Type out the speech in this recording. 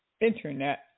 internet